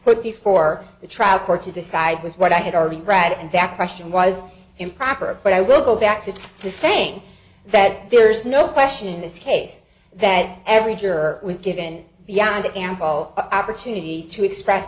put before the trial court to decide was what i had already read and that question was improper but i will go back to this saying that there is no question in this case that every juror was given beyond ample opportunity to express